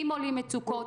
אם עולות מצוקות,